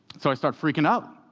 so i start freaking out.